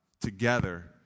together